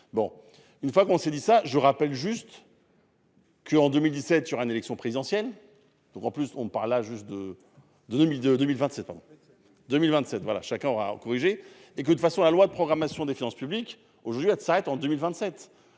Bon, une fois qu'on s'est dit ça je rappelle juste. Que en 2017 sur une élection présidentielle. Donc en plus on parle à juste de de 2002 2027 en 2027. Chacun aura corrigé et que de toute façon la loi de programmation des finances publiques aujourd'hui à 17 en 2027.